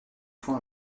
fois